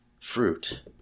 fruit